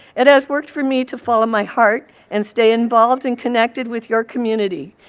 it has worked for me to follow my heart and stay involved and connected with your community,